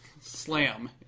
Slam